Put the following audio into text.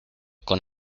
con